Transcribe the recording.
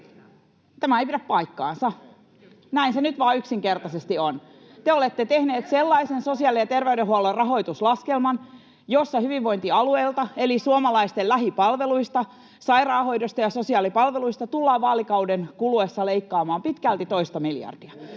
Tämä ei pidä paikkaansa, näin se nyt vaan yksinkertaisesti on. Te olette tehneet sellaisen sosiaali- ja terveydenhuollon rahoituslaskelman, jossa hyvinvointialueilta eli suomalaisten lähipalveluista, sairaanhoidosta ja sosiaalipalveluista, tullaan vaalikauden kuluessa leikkaamaan pitkälti toista miljardia.